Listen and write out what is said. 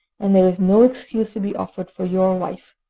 and there is no excuse to be offered for your wife.